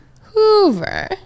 Hoover